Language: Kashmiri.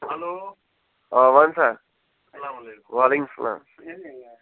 ہیٚلو آ وَنسا وعلیکُم سلام